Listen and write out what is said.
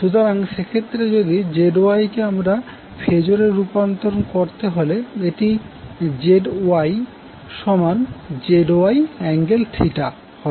সুতরাং সেক্ষেত্রে যদিZYকে আমরা ফেজরে রূপান্তর করতে হলে এটি ZYZY∠θ হবে